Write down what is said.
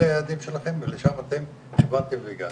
אלה היעדים שלכם ולשם אתם כיוונתם והגעתם.